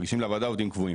מגישים לוועדה עובדים קבועים,